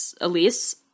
Elise